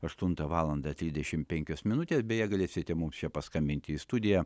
aštuntą valandą trisdešimt penkios minutės beje galėsite mums čia paskambinti į studiją